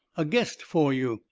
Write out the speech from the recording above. a guest for you,